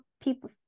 people